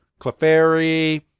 Clefairy